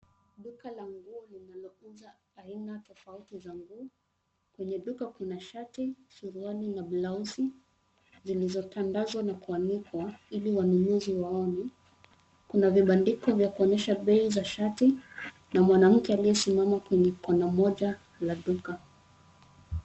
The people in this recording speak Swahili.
Duka la nguo linalouza aina tofauti za nguo. Kwenye duka kuna shati, suruali na blauzi zilizotandazwa na kuanikwa ili wanunuzi waone, kuna vibandiko vya kuonyesha bei za shati na mwanamke aliyesimama kwenye kona moja la duka.